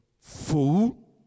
Fool